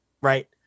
right